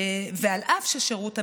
ואף ששירות המילואים,